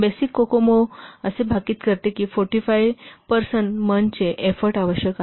basic COCOMO असे भाकीत करते की 45 पर्सन मंथचे एफोर्ट आवश्यक आहेत